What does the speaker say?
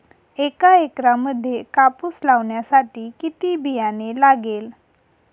एका एकरामध्ये कापूस लावण्यासाठी किती बियाणे लागेल?